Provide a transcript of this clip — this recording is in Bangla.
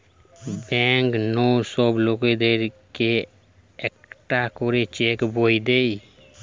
ব্যাঙ্ক নু সব লোকদের কে একটা করে চেক বই দে